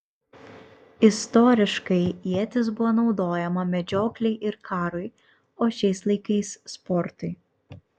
istoriškai ietis buvo naudojama medžioklei ir karui o šiais laikais sportui